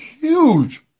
huge